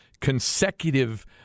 consecutive